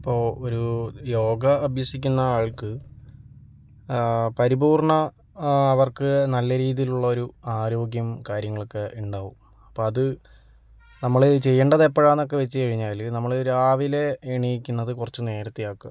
ഇപ്പോൾ ഒരു യോഗ അഭ്യസിക്കുന്നയാള്ക്ക് പരിപൂര്ണ്ണ അവര്ക്ക് നല്ല രീതിയിലുള്ളൊരു ആരോഗ്യം കാര്യങ്ങളൊക്കെ ഉണ്ടാകും അപ്പം അത് നമ്മൾ ചെയ്യേണ്ടത് എപ്പോഴാണെന്നൊക്കെ വെച്ചു കഴിഞ്ഞാൽ നമ്മൾ രാവിലെ എണീക്കുന്നത് കുറച്ച് നേരത്തെയാക്കുക